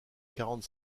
quarante